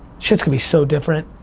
shit's gonna be so different.